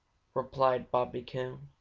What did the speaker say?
replied bobby coon.